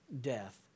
death